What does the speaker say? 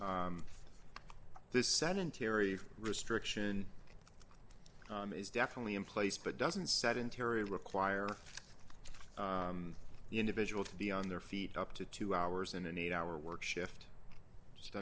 this sedentary restriction is definitely in place but doesn't sedentary require the individual to be on their feet up to two hours in an eight hour work shift